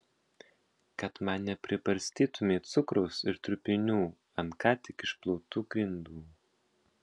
kad man nepribarstytumei cukraus ir trupinių ant ką tik išplautų grindų